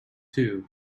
two